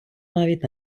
навіть